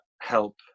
help